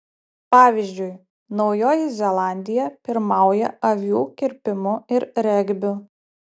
pavyzdžiui naujoji zelandija pirmauja avių kirpimu ir regbiu